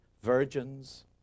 virgins